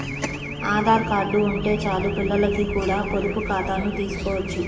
Aadhaar card ఉంటే చాలు పిల్లలకి కూడా పొదుపు ఖాతాను తీసుకోవచ్చు